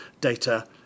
data